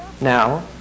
now